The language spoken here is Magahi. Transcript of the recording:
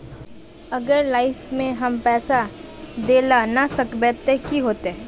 अगर लाइफ में हम पैसा दे ला ना सकबे तब की होते?